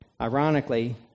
Ironically